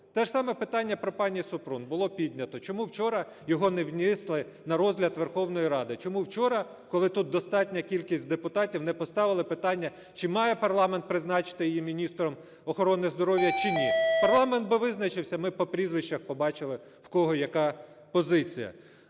Те ж саме питання про пані Супрун було піднято. Чому вчора його не внесли на розгляд Верховної Ради? Чому вчора, коли тут достатня кількість депутатів, не поставили питання, чи має парламент призначити її міністром охорони здоров'я, чи ні? Парламент би визначився, ми б по прізвищах побачили, в кого яка позиція.